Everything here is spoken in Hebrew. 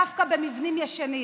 דווקא במבנים ישנים,